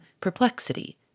perplexity